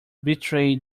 betrayed